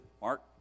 Mark